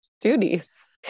duties